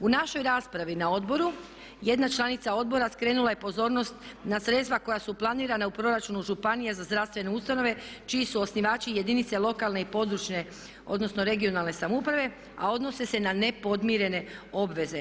U našoj raspravi na Odboru jedna članica Odbora skrenula je pozornost na sredstva koja su planirana u proračunu županije za zdravstvene ustanove čiji su osnivači jedinice lokalne i područne (regionalne) samouprave a odnose se na nepodmirene obveze.